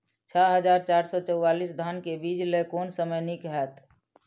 छः हजार चार सौ चव्वालीस धान के बीज लय कोन समय निक हायत?